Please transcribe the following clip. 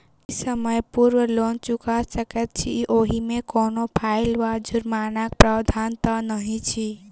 की समय पूर्व लोन चुका सकैत छी ओहिमे कोनो फाईन वा जुर्मानाक प्रावधान तऽ नहि अछि?